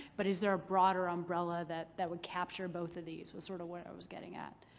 but is there a broader umbrella that that would capture both of these? was sort of what i was getting at.